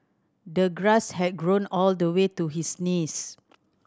the grass had grown all the way to his knees